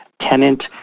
tenant